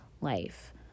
life